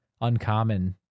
uncommon